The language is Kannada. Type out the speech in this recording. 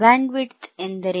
ಬ್ಯಾಂಡ್ವಿಡ್ತ್ ಎಂದರೇನು